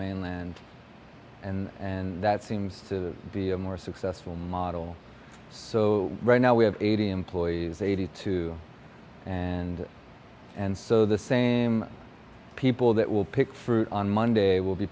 mainland and and that seems to be a more successful model so right now we have eighty employees eighty two and and so the same people that will pick fruit on monday will be